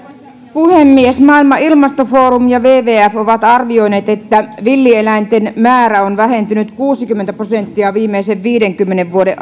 puhemies maailman ilmastofoorumi ja wwf ovat arvioineet että villieläinten määrä on vähentynyt kuusikymmentä prosenttia viimeisen viidenkymmenen vuoden